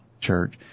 Church